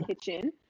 kitchen